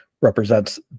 represents